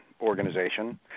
organization